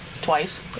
twice